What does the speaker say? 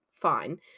Fine